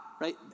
right